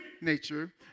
nature